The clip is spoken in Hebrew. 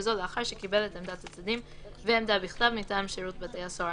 וזאת לאחר שקיבל את עמדת הצדדים ועמדה בכתב מטעם שירות בתי הסוהר.